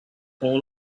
all